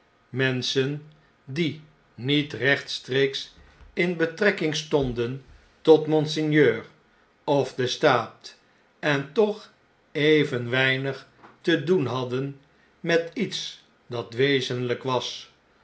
menschen die niet rechtstreeks in betrekking stonden tot monseigneur of den staat en toch even weinig te doen hadden met iets dat wezenlijk was